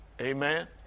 amen